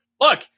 Look